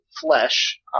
flesh